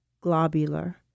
Globular